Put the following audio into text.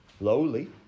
lowly